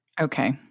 Okay